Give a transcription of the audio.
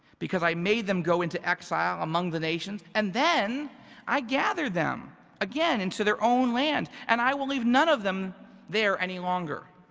because i made them go into exile among the nations. and then i gathered them again into their own land and i will leave none of them there any longer.